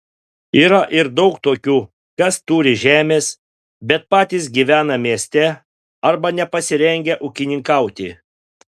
yra ir daug tokių kas turi žemės bet patys gyvena mieste arba nepasirengę ūkininkauti